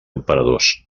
emperadors